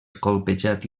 colpejat